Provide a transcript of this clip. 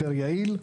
יותר יעיל.